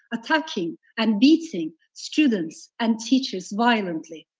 attacking and beating students and teachers violently.